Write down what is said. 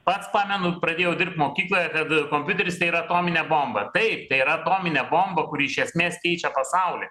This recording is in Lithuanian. pats pamenu pradėjau dirbt mokykloje kad kompiuteris tai yra atominė bomba taip tai yra atominė bomba kuri iš esmės keičia pasaulį